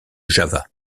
java